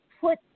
put